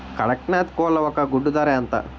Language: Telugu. కదక్నత్ కోళ్ల ఒక గుడ్డు ధర ఎంత?